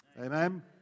Amen